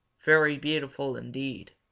very beautiful indeed.